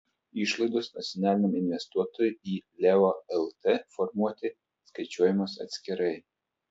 išlaidos nacionaliniam investuotojui į leo lt formuoti skaičiuojamos atskirai